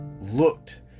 looked